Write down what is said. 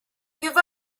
give